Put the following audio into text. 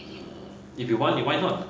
if you want you why not